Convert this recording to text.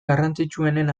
garrantzitsuenen